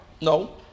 No